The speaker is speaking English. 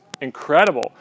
incredible